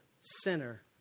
sinner